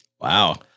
wow